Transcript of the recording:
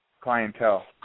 clientele